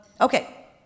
Okay